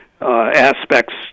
aspects